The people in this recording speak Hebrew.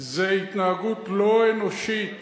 זו התנהגות לא אנושית